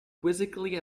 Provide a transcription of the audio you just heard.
quizzically